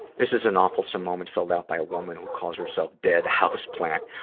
this is an awfulsome moment filled out by a woman who calls herself dead houseplant.